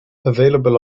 available